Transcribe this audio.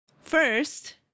First